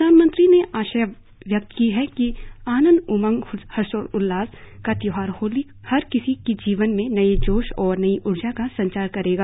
प्रधानमंत्री ने आशा व्यक्त की है कि आनंद उमंग हर्षोल्लास का त्योहार होली हर किसी की जीवन में नये जोश और नई उर्जा का संचार करेगा